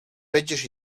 będziesz